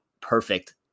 perfect